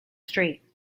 street